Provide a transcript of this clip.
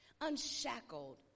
Unshackled